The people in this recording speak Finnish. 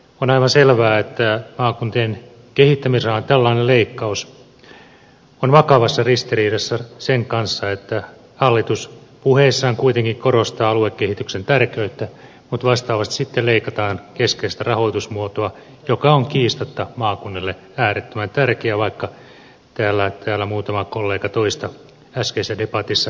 on aivan selvää että tällainen leikkaus maakuntien kehittämisrahaan on vakavassa ristiriidassa sen kanssa että hallitus puheissaan kuitenkin korostaa aluekehityksen tärkeyttä mutta vastaavasti sitten leikataan keskeistä rahoitusmuotoa joka on kiistatta maakunnille äärettömän tärkeä vaikka täällä muutama kollega toista äskeisessä debatissa väittikin